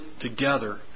together